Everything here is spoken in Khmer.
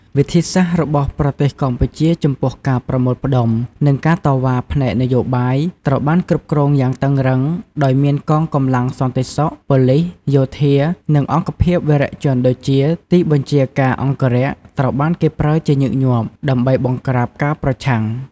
វិធីសាស្រ្តរបស់ប្រទេសកម្ពុជាចំពោះការប្រមូលផ្តុំ និងការតវ៉ាផ្នែកនយោបាយត្រូវបានគ្រប់គ្រងយ៉ាងតឹងរ៉ឹង ដោយមានកងកម្លាំងសន្តិសុខ ប៉ូលីស យោធា និងអង្គភាពវរជនដូចជា ទីបញ្ជាការអង្គរក្ស ត្រូវបានគេប្រើជាញឹកញាប់ ដើម្បីបង្ក្រាបការប្រឆាំង។